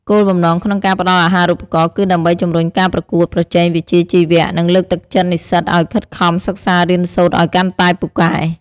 គោលបំណងក្នុងការផ្ដល់អាហារូបករណ៍គឺដើម្បីជំរុញការប្រកួតប្រជែងវិជ្ជាជីវៈ និងលើកទឹកចិត្តនិស្សិតឱ្យខិតខំសិក្សារៀនសូត្រឱ្យកាន់តែពូកែ។